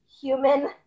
human